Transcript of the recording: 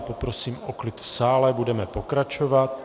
Poprosím o klid v sále, budeme pokračovat.